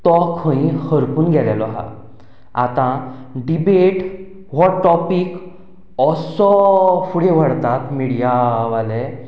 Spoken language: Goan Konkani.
तो खंय खरपून गेल्लो आसा आतां डिबेट हो टॉपीक असो फुडें व्हरतात मिडिया वाले